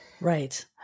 Right